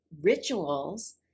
rituals